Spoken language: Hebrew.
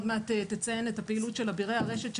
עוד מעט תציין את הפעילות של "אבירי הרשת",